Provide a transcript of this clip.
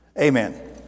Amen